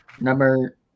Number